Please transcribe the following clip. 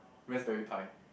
raspberry pie